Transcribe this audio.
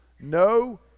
No